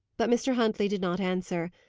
but mr. huntley did not answer.